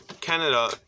Canada